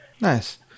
Nice